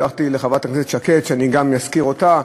הבטחתי לחברת הכנסת שקד שאני גם אזכיר אותה,